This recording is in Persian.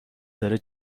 داره